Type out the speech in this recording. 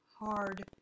Hard